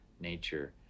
nature